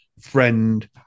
friend